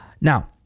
Now